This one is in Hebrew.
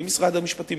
עם משרד המשפטים,